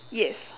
yes